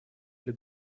для